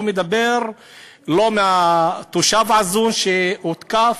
לא מהתושב הזה שהותקף,